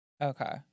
Okay